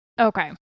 Okay